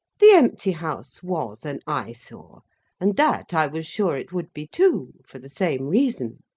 the empty house was an eyesore and that i was sure it would be too, for the same reason.